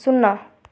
ଶୂନ